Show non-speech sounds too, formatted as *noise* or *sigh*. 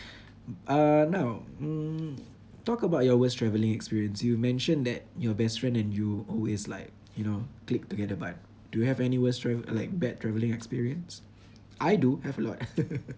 uh now mm talk about your worst travelling experience you mentioned that your best friend and you always like you know click together but do you have any worst trav~ like bad travelling experience I do have a lot *laughs*